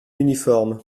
uniforme